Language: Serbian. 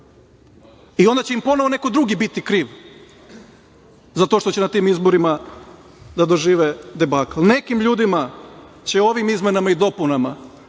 Onda će im ponovo neko drugi biti kriv za to što će na tim izborima da dožive debakl. Nekim ljudima će ovim izmenama i dopunama